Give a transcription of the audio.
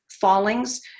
fallings